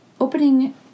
Opening